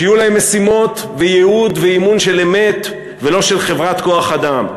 שיהיו להם משימות וייעוד ואימון של אמת ולא של חברת כוח-אדם.